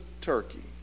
turkey